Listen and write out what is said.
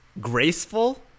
graceful